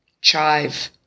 chive